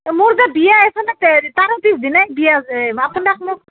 মোৰ যে বিয়া এইখানে তাৰে পিছদিনাই বিয়া যে আপোনাক মোক